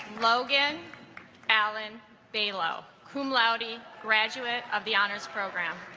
logan alan balogh cum laude graduate of the honors program